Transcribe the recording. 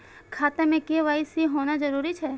खाता में के.वाई.सी होना जरूरी छै?